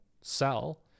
sell